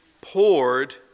poured